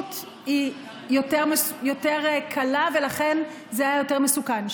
הנגישות קלה יותר ולכן זה היה יותר מסוכן.